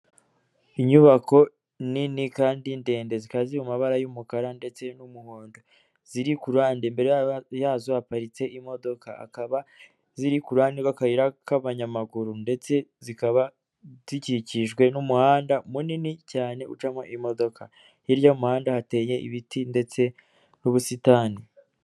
Inyubako nini kandi ndende zikaba mu mabara y'umukara ndetse n'umuhondo, ziri ku ruhande yazo haparitse imodoka, akaba ziri kuruhande rw'akayira k'abanyamaguru ndetse zikaba zikikijwe n'umuhanda munini cyane ucamo imodoka, hirya y'umuhanda hateye ibiti ndetse n'ubusitani.